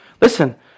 Listen